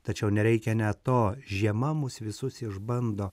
tačiau nereikia net to žiema mus visus išbando